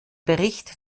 bericht